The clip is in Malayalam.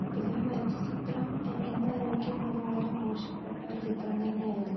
അപ്പോള് ഞാന് വരച്ച ചിത്രം ഇന്നാലോചിക്കുമ്പോള് അത് വളരെ മോശപ്പെട്ട ഒരു ചിത്രം തന്നെയായിരുന്നു